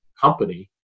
company